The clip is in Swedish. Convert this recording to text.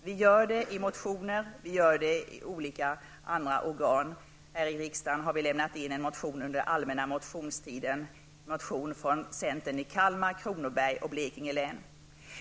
Vi gör det genom att skriva motioner och på annat sätt. Här i riksdagen väckte centerpartister från Kalmar, Kronoberg och Blekinge under allmänna motionstiden en motion.